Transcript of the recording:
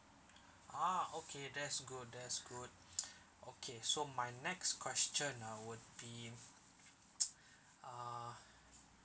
ah okay that's good that's good okay so my next question ah would be uh